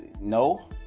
No